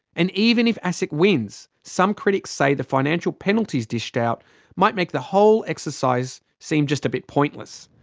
and even if asic wins, some critics say the financial penalties dished out might make the whole exercise seem just a bit pointless.